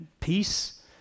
peace